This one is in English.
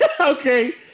Okay